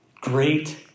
Great